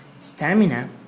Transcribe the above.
stamina